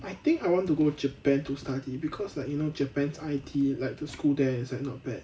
I think I want to go japan to study because like you know japan I_T like the school there is not bad